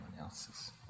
else's